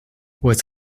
was